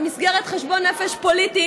במסגרת חשבון נפש פוליטי,